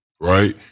right